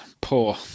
poor